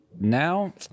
now